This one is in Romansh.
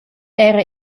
era